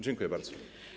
Dziękuję bardzo.